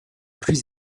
plus